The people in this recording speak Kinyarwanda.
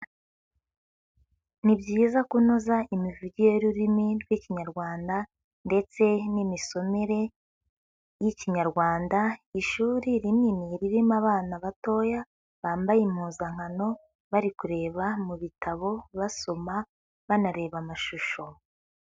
Ni byiza kunoza imivugire y'ururimi rw'ikinyarwanda ndetse n'imisomere y'ikinyarwanda, ishuri rinini ririmo abana batoya, bambaye impuzankano bari kureba mu bitabo basoma banareba amashusho.